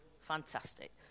Fantastic